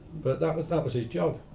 but that was that was his job.